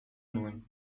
nuen